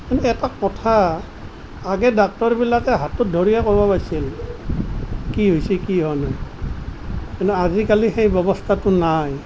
কিন্ত এটা কথা আগে ডাক্তৰবিলাকে হাতত ধৰিয়েই ক'ব পাৰিছিল কি হৈছে কি হোৱা নাই কিন্তু আজিকালি সেই ব্যৱস্থাটো নাই